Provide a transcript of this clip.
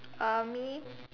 uh me